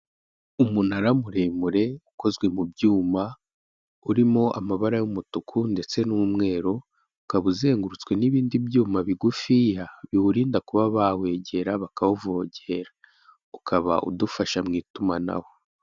Umunara muremure, ukozwe mu byuma, urimo amabara y'umutuku ndetse n'umweru, ukaba uzengurutswe n'ibindi byuma bigufiya biwurinda kuba bawegera bakawuvogera, ukaba udufasha mu itumanaho.